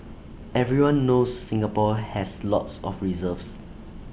everyone knows Singapore has lots of reserves